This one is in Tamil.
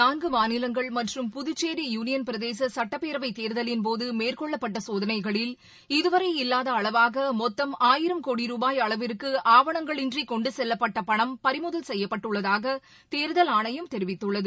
நான்கு மாநிலங்கள் மற்றும் புதுச்சேரி யூவியன் பிரதேச சுட்டப்பேரவை தேர்தலின் போது மேற்கொள்ளப்பட்ட சோதனைகளில் இதுவரை இல்லாத வகையில் மொத்தம் ஆயிரம் கோடி ருபாய் அளவிற்கு ஆவனங்களின்றி கொண்டு செல்லப்பட்ட பணம் பறிமுதல் செய்யப்பட்டுள்ளதாக தேர்தல் ஆணையம் தெரிவித்துள்ளது